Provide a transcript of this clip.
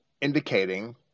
indicating